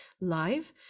live